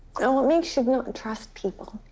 well, it makes you not trust people.